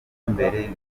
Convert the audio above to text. mbere